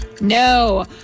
No